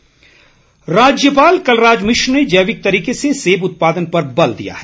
राज्यपाल राज्यपाल कलराज मिश्र ने जैविक तरीके से सेब उत्पादन पर बल दिया है